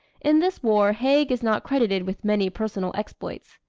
in this war, haig is not credited with many personal exploits.